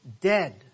dead